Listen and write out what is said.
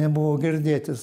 nebuvo girdėtis